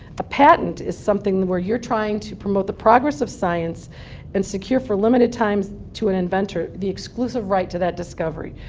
a patent is something where you're trying to promote the progress of science and secure for limited times to an inventor the exclusive right to that discovery.